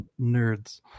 Nerds